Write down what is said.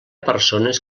persones